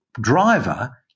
driver